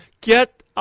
get –